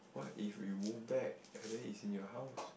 what if we move back and then it's in your house